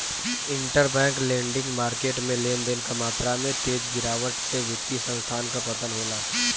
interbank lending market में लेन देन क मात्रा में तेज गिरावट से वित्तीय संस्थान क पतन होला